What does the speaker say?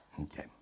Okay